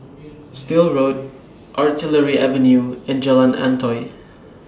Still Road Artillery Avenue and Jalan Antoi